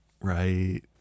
Right